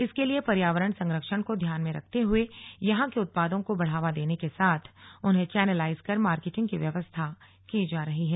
इसके लिए पर्यावरण संरक्षण को ध्यान में रखते हुए यहां के उत्पादों को बढ़ावा देने के साथ उन्हें चेनलाइज कर मार्केटिंग की व्यवस्था की जा रही है